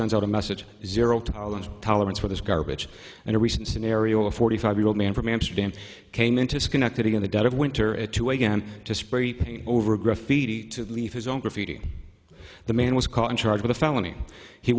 sends out a message zero tolerance tolerance for this garbage in a recent scenario a forty five year old man from amsterdam came into schenectady in the dead of winter at two am to spray paint over graffiti to leave his own graffiti the man was caught and charged with a felony he